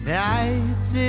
nights